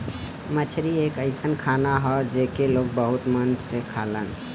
मछरी एक अइसन खाना हौ जेके लोग बहुत मन से खालन